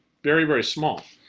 very, very small.